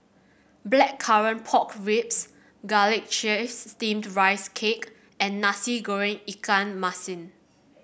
Blackcurrant Pork Ribs Garlic Chives Steamed Rice Cake and Nasi Goreng Ikan Masin